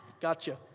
Gotcha